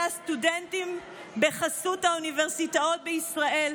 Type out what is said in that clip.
הסטודנטים בחסות האוניברסיטאות בישראל,